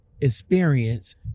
experience